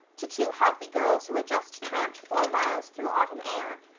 to two healthy girls who had just tramped four miles through autumn air,